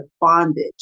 bondage